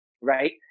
right